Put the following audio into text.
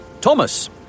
Thomas